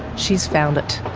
she's found it.